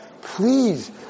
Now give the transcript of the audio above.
Please